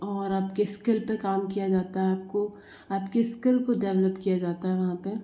और आपकी स्किल पर काम किया जाता है आपको आपकी स्किल को डेव्लप किया जाता है वहाँ पर